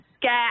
scare